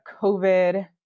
COVID